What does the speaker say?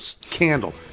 candle